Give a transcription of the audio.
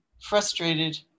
Frustrated